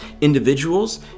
individuals